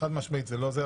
חד-משמעית זה לא זה.